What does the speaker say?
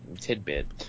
tidbit